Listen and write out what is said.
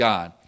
God